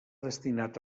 destinat